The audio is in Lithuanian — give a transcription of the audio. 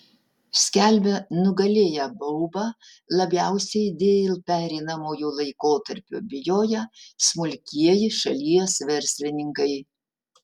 skelbia nugalėję baubą labiausiai dėl pereinamojo laikotarpio bijoję smulkieji šalies verslininkai